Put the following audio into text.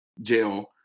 jail